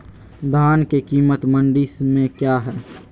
धान के कीमत मंडी में क्या है?